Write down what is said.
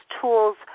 tools